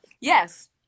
yes